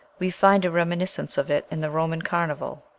we find a reminiscence of it in the roman carnival.